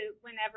whenever